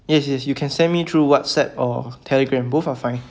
yes yes you can send me through WhatsApp or Telegram both are fine